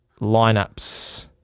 Lineups